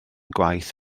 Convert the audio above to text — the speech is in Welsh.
gwaith